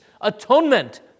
atonement